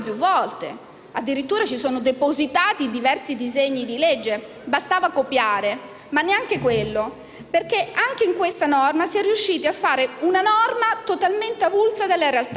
Addirittura sono depositati diversi disegni di legge che bastava copiare, ma neanche quello è stato fatto, perché anche in questo provvedimento si è riusciti a fare una norma totalmente avulsa dalla realtà;